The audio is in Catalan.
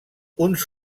uns